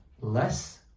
less